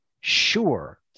Sure